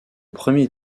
premier